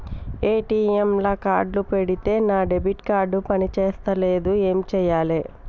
ATM లా card పెడితే నా డెబిట్ కార్డ్ పని చేస్తలేదు ఏం చేయాలే?